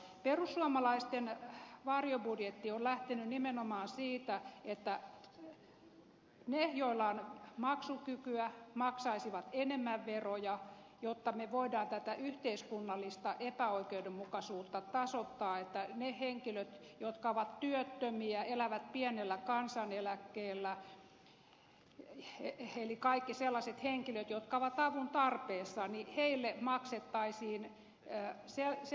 perussuomalaisten varjobudjetti on lähtenyt nimenomaan siitä että ne joilla on maksukykyä maksaisivat enemmän veroja jotta me voimme tätä yhteiskunnallista epäoikeudenmukaisuutta tasoittaa että niille henkilöille jotka ovat työttömiä tai elävät pienellä kansaneläkkeellä eli kaikille sellaisille henkilöille jotka ovat avun tarpeessa maksettaisiin enää siellä se